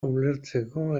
ulertzeko